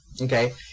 okay